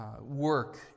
Work